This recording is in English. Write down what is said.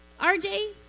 RJ